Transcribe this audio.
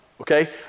okay